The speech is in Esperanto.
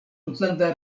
tutlanda